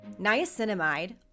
Niacinamide